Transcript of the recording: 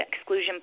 exclusion